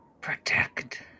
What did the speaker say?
protect